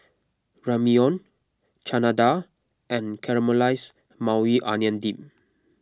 Ramyeon Chana Dal and Caramelized Maui Onion Dip